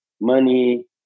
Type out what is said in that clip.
money